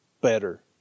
better